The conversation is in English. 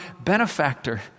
benefactor